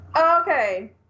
Okay